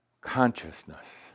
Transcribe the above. consciousness